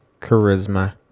Charisma